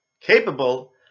capable